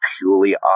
purely